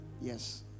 yes